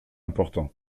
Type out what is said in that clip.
important